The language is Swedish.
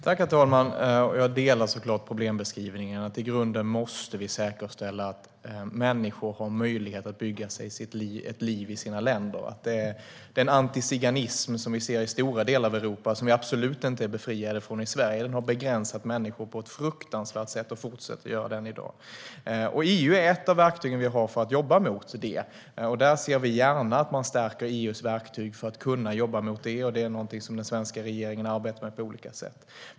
Herr talman! Jag instämmer såklart i problembeskrivningen. Vi måste säkerställa att människor har möjlighet att bygga sig ett liv i sina länder. Den antiziganism som vi ser i stora delar av Europa, och som vi absolut inte är befriade från i Sverige, har begränsat människor på ett fruktansvärt sätt och fortsätter att göra det än i dag. EU är ett av verktygen vi har för att jobba mot det. Vi ser gärna att man stärker EU:s verktyg för att kunna jobba mot det. Det är någonting som den svenska regeringen arbetar med på olika sätt.